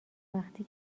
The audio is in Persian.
وقتی